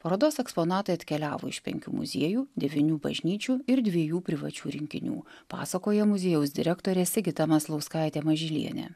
parodos eksponatai atkeliavo iš penkių muziejų devynių bažnyčių ir dviejų privačių rinkinių pasakoja muziejaus direktorė sigita maslauskaitė mažylienė